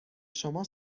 شما